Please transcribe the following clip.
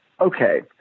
okay